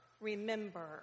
remember